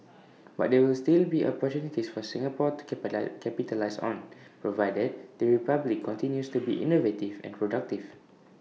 but there will still be opportunities for Singapore to capitalise on provided the republic continues to be innovative and productive